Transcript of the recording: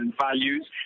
values